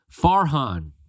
Farhan